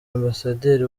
ambasaderi